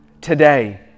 today